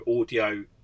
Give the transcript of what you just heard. audio